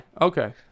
Okay